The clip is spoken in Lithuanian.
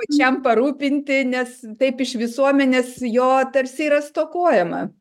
pačiam parūpinti nes taip iš visuomenės jo tarsi yra stokojama